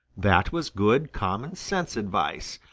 that was good common sense advice,